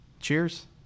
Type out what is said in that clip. Cheers